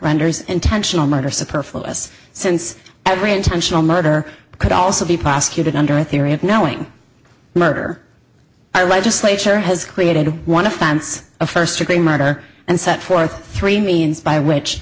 renders intentional murder superfluous since every intentional murder could also be prosecuted under a theory of knowing murder i legislature has created one offense of first degree murder and set forth three means by which